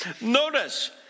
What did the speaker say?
Notice